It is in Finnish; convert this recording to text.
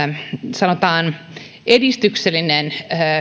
sanotaan edistyksellinen